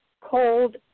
cold